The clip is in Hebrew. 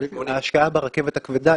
ההשקעה ברכבת הכבדה,